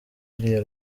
ririya